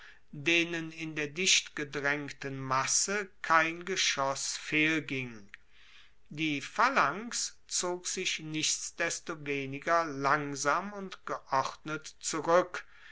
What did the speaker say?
denen in der dichtgedraengten masse kein geschoss fehlging die phalanx zog sich nichtsdestoweniger langsam und geordnet zurueck